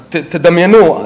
אז תדמיינו: